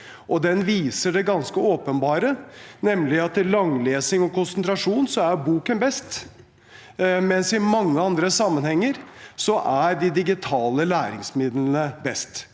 den viser det ganske åpenbare, nemlig at ved langlesing og konsentrasjon er boken best, mens i mange andre sammenhenger er de digitale læremidlene best.